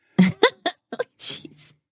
jeez